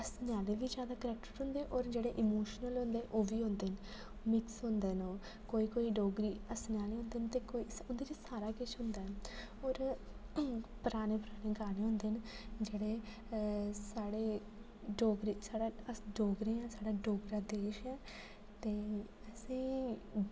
हस्सने आह्ले बी जादे करेक्टर होंदे होर जेह्ड़े इमोशनल होंदे ओह् बी होंदे न मिक्स होंदे न ओह् कोई कोई डोगरी हस्सने आह्ले होंदे न ते उं'दे च सारा किश होंदा ऐ होर पराने पराने गाने होंदे न जेह्ड़े साढ़े डोगरी च साढ़े अस डोगरे आं साढ़ा डोगरा देश ऐ ते असें